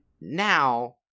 now